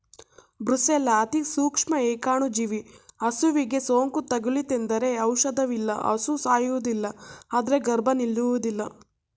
brucella ಅತಿಸೂಕ್ಷ್ಮ ಏಕಾಣುಜೀವಿ ಹಸುವಿಗೆ ಸೋಂಕು ತಗುಲಿತೆಂದರೆ ಔಷಧವಿಲ್ಲ ಹಸು ಸಾಯುವುದಿಲ್ಲ ಆದ್ರೆ ಗರ್ಭ ನಿಲ್ಲುವುದಿಲ್ಲ